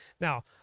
Now